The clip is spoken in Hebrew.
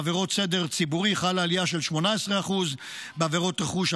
בעבירות סדר ציבורי חלה עלייה של 18%; בעבירות רכוש,